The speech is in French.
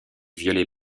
violet